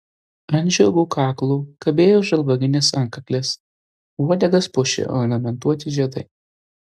ant žirgų kaklų kabėjo žalvarinės antkaklės o uodegas puošė ornamentuoti žiedai